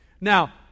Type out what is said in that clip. Now